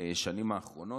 השנים האחרונות,